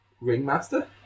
Ringmaster